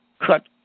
cut